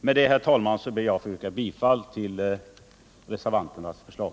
Med detta, herr talman, ber jag att få yrka bifall till reservanternas förslag.